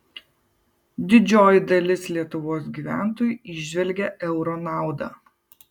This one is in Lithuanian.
didžioji dalis lietuvos gyventojų įžvelgia euro naudą